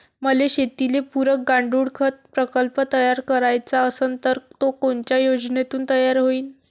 मले शेतीले पुरक गांडूळखत प्रकल्प तयार करायचा असन तर तो कोनच्या योजनेतून तयार होईन?